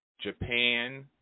Japan